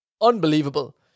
unbelievable